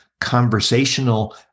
conversational